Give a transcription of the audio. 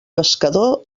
pescador